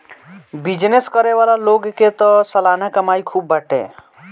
business करे वाला लोग के तअ सलाना कमाई खूब बाटे